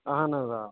اَہن حظ آ